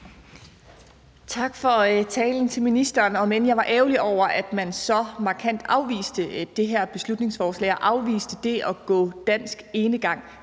Tak for talen til ministeren, om end jeg var ærgerlig over, at man så markant afviste det her beslutningsforslag og afviste det at gå dansk enegang.